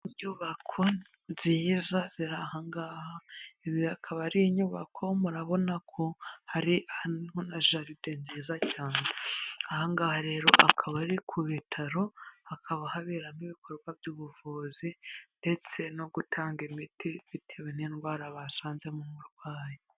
Inyubako nziza ziri ahangaha, izi akaba ari inyubako, murabona ko hari na gardin nziza cyane, ahangaha rero akaba ari ku bitaro, hakaba haberamo ibikorwa by'ubuvuzi ndetse no gutanga imiti bitewe n'indwara basanzemo umurwayi.